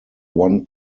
one